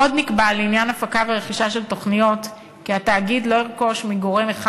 עוד נקבע לעניין הפקה ורכישה של תוכניות כי התאגיד לא ירכוש מגורם אחד